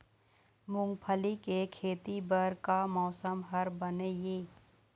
मूंगफली के खेती बर का मौसम हर बने ये?